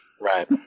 Right